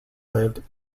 lived